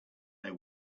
know